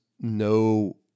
no